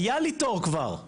היה לי כבר תור,